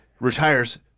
Retires